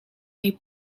jej